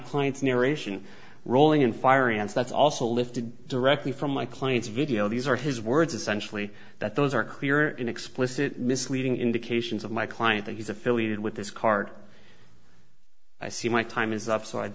client's narration rolling and firing and that's also lifted directly from my client's video these are his words essentially that those are clear in explicit misleading indications of my client that he's affiliated with this card i see my time is up so i